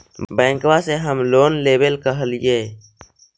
बैंकवा से हम लोन लेवेल कहलिऐ?